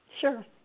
Sure